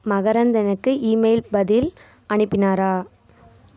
மகரந்த் எனக்கு ஈமெயில் பதில் அனுப்பினாரா